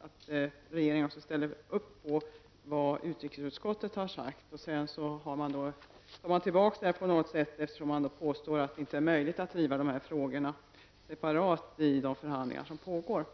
att regeringen ställer upp på vad utrikesutskottet har sagt. Sedan tar man tillbaka det och påstår att det inte är möjligt att driva frågorna separat i de förhandlingar som pågår.